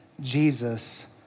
Jesus